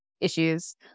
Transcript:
issues